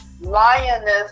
lioness